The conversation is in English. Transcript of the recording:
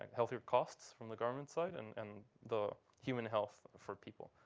and healthier costs from the government side and and the human health for people.